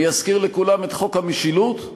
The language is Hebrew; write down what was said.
אני אזכיר לכולם את חוק המשילות,